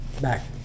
back